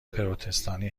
پروتستانی